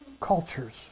cultures